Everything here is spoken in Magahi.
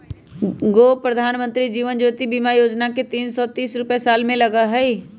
गो प्रधानमंत्री जीवन ज्योति बीमा योजना है तीन सौ तीस रुपए साल में लगहई?